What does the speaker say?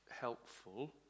helpful